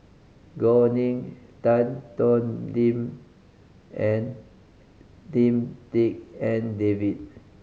Gao Ning Tan Thoon Lim and Lim Tik En David